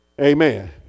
Amen